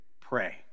pray